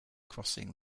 crossing